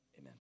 amen